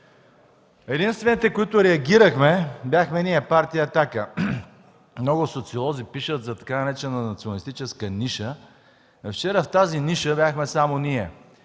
Единствените, които реагирахме, бяхме ние – Партия „Атака”. Много социолози пишат за така наречената „националистическа ниша”, а вчера в тази ниша бяхме само ние